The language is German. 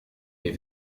wir